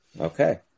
Okay